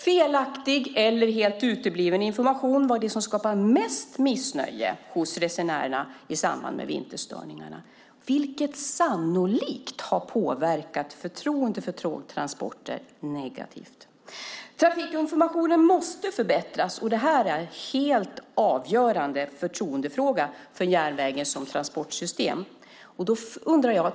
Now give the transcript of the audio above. Felaktig eller helt utebliven information var det som skapade mest missnöje hos resenärerna i samband med vinterstörningarna, vilket sannolikt har påverkat förtroendet för tågtransporter negativt. Trafikinformationen måste förbättras. Det är en helt avgörande förtroendefråga för järnvägen som transportsystem.